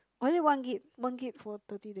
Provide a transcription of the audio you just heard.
was it one gig one gig for thirty day